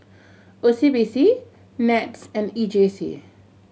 O C B C NETS and E J C